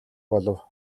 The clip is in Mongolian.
болов